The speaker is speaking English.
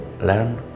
learn